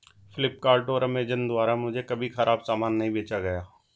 फ्लिपकार्ट और अमेजॉन द्वारा मुझे कभी खराब सामान नहीं बेचा गया